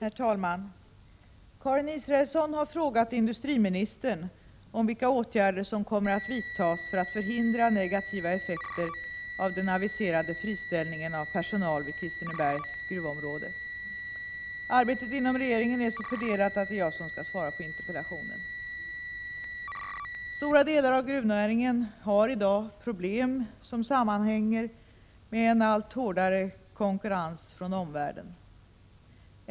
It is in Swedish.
Herr talman! Karin Israelsson har frågat industriministern om vilka åtgärder som kommer att vidtas för att förhindra negativa effekter av den aviserade friställningen av personal vid Kristinebergs gruvområde. Arbetet inom regeringen är så fördelat att det är jag som skall svara på interpellationen. Stora delar av gruvnäringen har i dag problem som sammanhänger med en allt hårdare konkurrens från omvärlden.